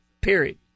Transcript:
period